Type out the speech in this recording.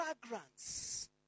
fragrance